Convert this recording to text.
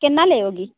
कीतना लोगी